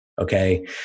Okay